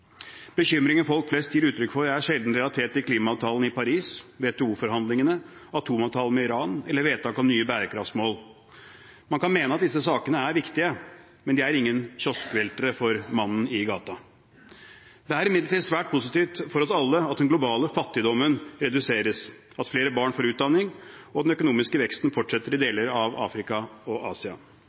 Bekymringen folk flest gir uttrykk for, er sjelden relatert til klimaavtalen i Paris, WTO-forhandlingene, atomavtalen med Iran eller vedtak om nye bærekraftsmål. Man kan mene at disse sakene er viktige, men de er ingen kioskveltere for mannen i gata. Det er imidlertid svært positivt for oss alle at den globale fattigdommen reduseres, at flere barn får utdanning, og at den økonomiske veksten fortsetter i deler av Afrika og Asia.